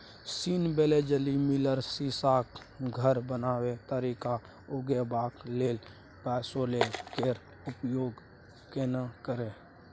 scene Wellesley Miller सीशाक घर बनाए तरकारी उगेबाक लेल बायोसेल्टर केर प्रयोग केने रहय